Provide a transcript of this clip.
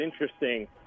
interesting